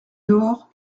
dehors